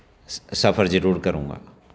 ਸ ਸਫਰ ਜ਼ਰੂਰ ਕਰੂੰਗਾ